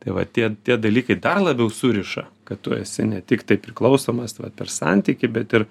tai va tie tie dalykai dar labiau suriša kad tu esi ne tiktai priklausomas tai vat per santykį bet ir